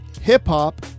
hip-hop